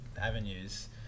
avenues